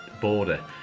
border